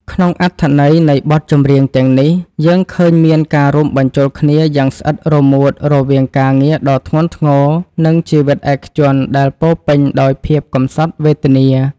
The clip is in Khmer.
ក្នុងអត្ថន័យនៃបទចម្រៀងទាំងនេះ យើងឃើញមានការរួមបញ្ចូលគ្នាយ៉ាងស្អិតរមួតរវាងការងារដ៏ធ្ងន់ធ្ងរ និងជីវិតឯកជនដែលពោរពេញដោយភាពកំសត់វេទនា។